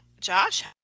Josh